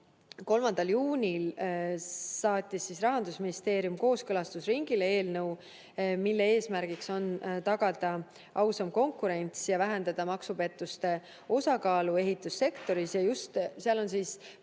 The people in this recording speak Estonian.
3. juunil saatis Rahandusministeerium kooskõlastusringile eelnõu, mille eesmärk on tagada ausam konkurents ja vähendada maksupettuste osakaalu ehitussektoris. Põhimõtteliselt,